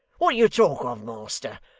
what do you talk of master?